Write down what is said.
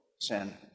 sin